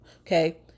Okay